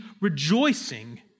rejoicing